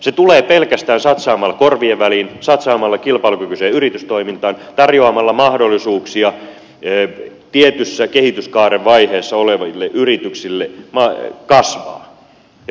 se tulee pelkästään satsaamalla korvien väliin satsaamalla kilpailukykyiseen yritystoimintaan tarjoamalla mahdollisuuksia tietyssä kehityskaaren vaiheessa oleville yrityksille kasvaa ja päästä markkinoille